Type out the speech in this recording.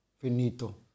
Finito